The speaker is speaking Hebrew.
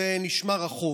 זה נשמע רחוק,